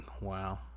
Wow